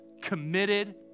committed